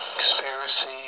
conspiracy